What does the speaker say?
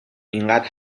اینقد